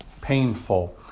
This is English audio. painful